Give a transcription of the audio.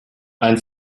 ein